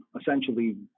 essentially